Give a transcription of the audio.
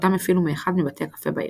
אותם הפעילו מאחד מבתי הקפה בעיר.